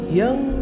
young